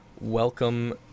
Welcome